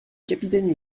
capitaine